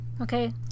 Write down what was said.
okay